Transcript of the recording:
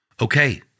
Okay